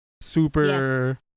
super